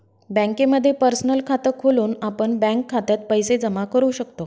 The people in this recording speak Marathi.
बँकेमध्ये पर्सनल खात खोलून आपण बँक खात्यात पैसे जमा करू शकतो